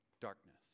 darkness